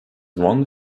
one